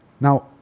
now